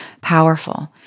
powerful